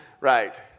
right